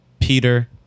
Peter